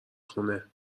خونه